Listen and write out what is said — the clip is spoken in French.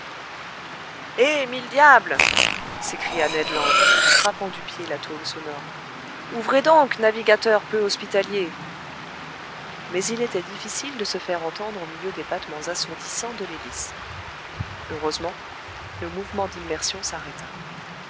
eh mille diables s'écria ned land frappant du pied la tôle sonore ouvrez donc navigateurs peu hospitaliers mais il était difficile de se faire entendre au milieu des battements assourdissants de l'hélice heureusement le mouvement d'immersion s'arrêta